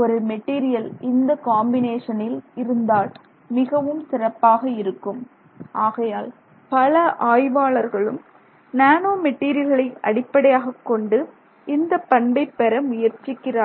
ஒரு மெட்டீரியல் இந்த காம்பினேஷனில் இருந்தால் மிகவும் சிறப்பாக இருக்கும் ஆகையால் பல ஆய்வாளர்களும் நேனோ மெட்டீரியல்களை அடிப்படையாகக் கொண்டு இந்தப் பண்பை பெற முயற்சிக்கிறார்கள்